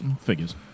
Figures